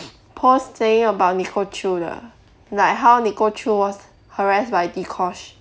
post saying about nicole choo 的 like how nicole choo was harassed by dee-kosh